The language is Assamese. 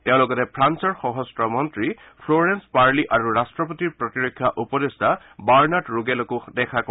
তেওঁ লগতে ফ্ৰান্সৰ সশস্ত্ৰ মন্ত্ৰী ফ্লোৰেঞ্চ পাৰ্লী আৰু ৰাট্টপতিৰ প্ৰতিৰক্ষা উপদেষ্টা বাৰ্ণাড ৰোগেলকো দেখা কৰে